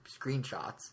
screenshots